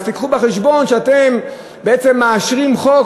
אז הביאו בחשבון שאתם בעצם מאשרים חוק